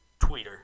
tweeter